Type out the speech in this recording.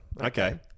Okay